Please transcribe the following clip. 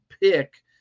pick